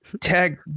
tag